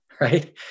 right